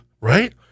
right